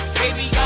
baby